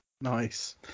Nice